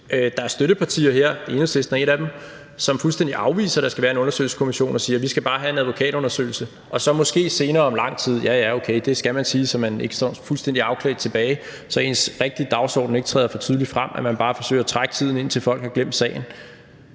er et af dem – som fuldstændig afviser, at der skal være en undersøgelseskommission, og som siger, at de bare skal have en advokatundersøgelse, og så måske senere om lang tid ... Ja, ja, okay, det skal man sige, så man ikke står fuldstændig afklædt tilbage, så ens rigtige dagsorden ikke træder for tydeligt frem, altså at man bare forsøger at trække tiden, indtil folk har glemt sagen.